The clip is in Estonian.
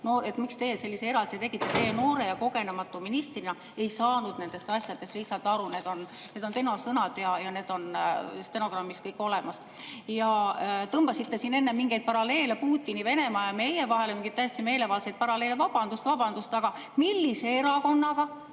et see oli valitsuse otsus, aga teie noore ja kogenematu ministrina ei saanud nendest asjadest lihtsalt aru. Need on tema sõnad ja need on stenogrammis kõik olemas. Tõmbasite siin enne mingeid paralleele Putini Venemaa ja meie vahel, mingeid täiesti meelevaldseid paralleele. Vabandust, vabandust, aga millise erakonnaga